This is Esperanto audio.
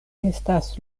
estas